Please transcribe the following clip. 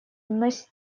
моей